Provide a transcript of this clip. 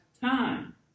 time